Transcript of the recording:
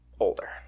older